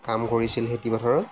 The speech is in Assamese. কাম কৰিছিল খেতিপথাৰত